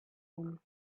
him